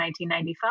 1995